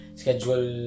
schedule